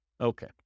Okay